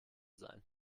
sein